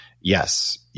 yes